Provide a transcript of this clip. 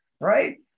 right